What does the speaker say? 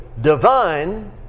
divine